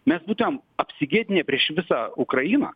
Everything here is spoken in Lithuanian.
mes būtuėm apsigėdinę prieš visą ukrainą